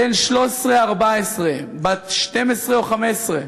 בן 14-13, בת 12 או 15,